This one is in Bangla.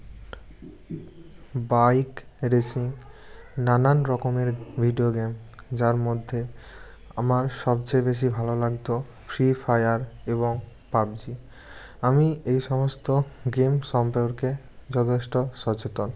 বাইক রেসিং নানান রকমের ভিডিও গেম যার মধ্যে আমার সবচেয়ে বেশি ভালো লাগত ফ্রি ফায়ার এবং পাবজি আমি এই সমস্ত গেম সম্পর্কে যথেষ্ট সচেতন